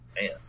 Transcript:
Man